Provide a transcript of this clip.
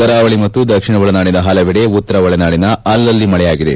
ಕರಾವಳಿ ಮತ್ತು ದಕ್ಷಿಣ ಒಳನಾಡಿನ ಹಲವೆಡೆ ಉತ್ತರ ಒಳನಾಡಿನ ಅಲ್ಲಲ್ಲಿ ಮಳೆಯಾಗಿದೆ